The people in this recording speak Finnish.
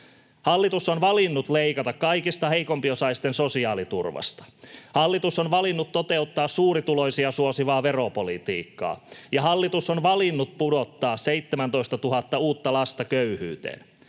Hallitus on valinnut leikata kaikista heikompiosaisten sosiaaliturvasta, hallitus on valinnut toteuttaa suurituloisia suosivaa veropolitiikkaa, ja hallitus on valinnut pudottaa 17 000 uutta lasta köyhyyteen.